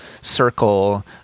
circle